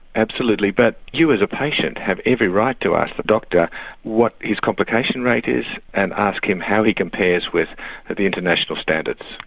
absolutely but you as a patient have every right to ask the doctor what his complication rate is and ask him how he compares with the international standards.